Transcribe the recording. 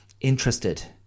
interested